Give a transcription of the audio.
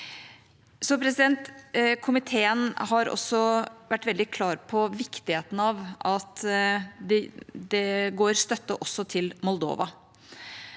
Komiteen har også vært veldig klar på viktigheten av at det går støtte også til Moldova.